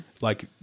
Like-